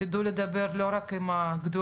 תדעו לדבר לא רק עם הגדולים,